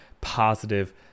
positive